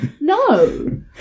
no